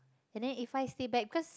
and then if five day back because